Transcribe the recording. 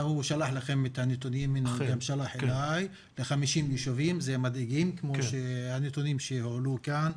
הוא שלח לכם את הנתונים לגבי 50 ישובים והנתונים מדאיגים.